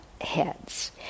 heads